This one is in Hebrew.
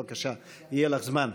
בבקשה, יהיה לך זמן.